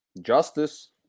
justice